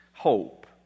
hope